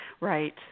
Right